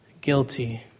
guilty